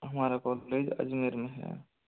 हमारा कॉलेज अजमेर में है